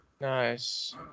Nice